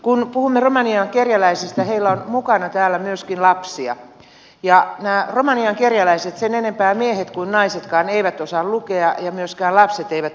kun puhumme romanian kerjäläisistä heillä on mukana täällä myöskin lapsia ja nämä romanian kerjäläiset sen enempää miehet kuin naisetkaan eivät osaa lukea ja myöskään lapset eivät osaa lukea